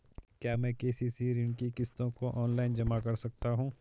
क्या मैं के.सी.सी ऋण की किश्तों को ऑनलाइन जमा कर सकता हूँ?